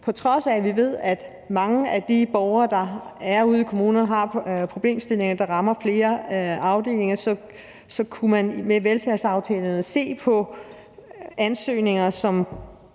vi ved, at mange af de borgere, der er ude i kommunerne, har problemstillinger, der rammer flere afdelinger. Man kunne med velfærdsaftalerne se på ansøgninger, som